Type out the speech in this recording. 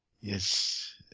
Yes